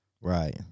Right